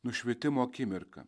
nušvitimo akimirka